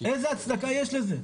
איזה הצדקה יש לזה?